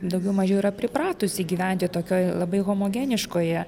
daugiau mažiau yra pripratusi gyventi tokioj labai homogeniškoje